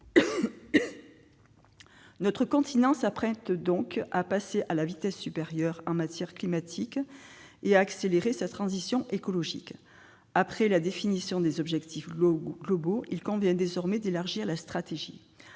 Notre continent s'apprête donc à passer à la vitesse supérieure en matière climatique et à accélérer sa transition écologique. Après la définition des objectifs globaux, il convient désormais d'établir la stratégie.